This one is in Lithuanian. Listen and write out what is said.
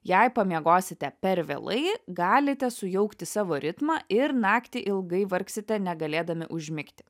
jei pamiegosite per vėlai galite sujaukti savo ritmą ir naktį ilgai vargsite negalėdami užmigti